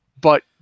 But-